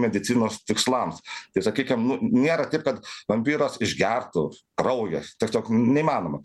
medicinos tikslams ir sakykim nu nėra taip kad vampyras išgertų kraują tiesiog neįmanoma